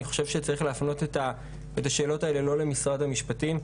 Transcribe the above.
אני חושב שצריך להפנות את השאלות האלה לא למשרד המשפטים,